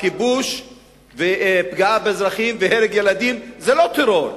הכיבוש ופגיעה באזרחים והרג ילדים זה לא טרור.